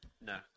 no